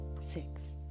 six